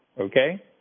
okay